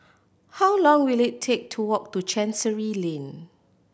how long will it take to walk to Chancery Lane